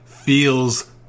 feels